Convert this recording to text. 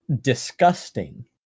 disgusting